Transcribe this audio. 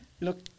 Look